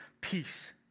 peace